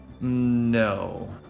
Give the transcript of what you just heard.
No